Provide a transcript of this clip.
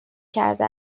کرده